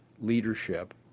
leadership